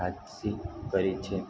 હાસિલ કરી છે